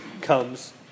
comes